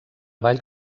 ball